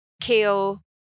kale